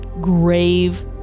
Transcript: grave